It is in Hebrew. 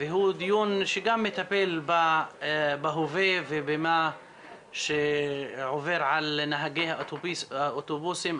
והוא דיון שגם מטפל בהווה ובמה שעובר על נהגי האוטובוסים,